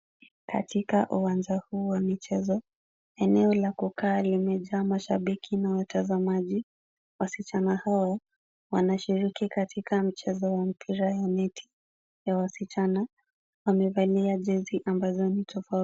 Katika uwanja huu wa michezo, eneo la kukaa limejaa mashabiki na watazamaji. Wasichana hao, wanashiriki katika mchezo wa mpira wa neti ya wasichana. Wamevalia jezi ambazo ni tofauti.